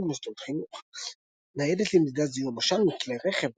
ומוסדות חינוך ניידת למדידת זיהום עשן מכלי רכב